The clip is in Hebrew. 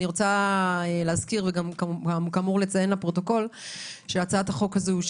אני מזכירה ומציינת גם לפרוטוקול שהצעת החוק הזו,